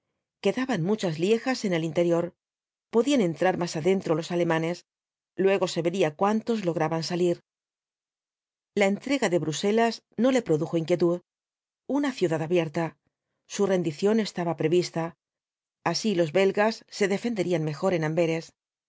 quedaban muchas liejas en el interior podían entrar más adentro los alemanes luego se vería cuántos lograban salir la entrega de bruselas no le produjo inquietud una ciudad abierta su rendición estaba prevista así los belgas se deñ nderían mejor en amberes